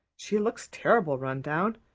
she looks terrible run down.